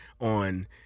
on